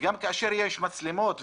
וגם כאשר יש מצלמות,